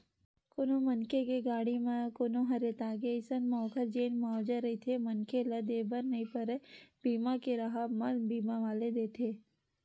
कोनो मनखे के गाड़ी म कोनो ह रेतागे अइसन म ओखर जेन मुवाजा रहिथे मनखे ल देय बर नइ परय बीमा के राहब म बीमा वाले देथे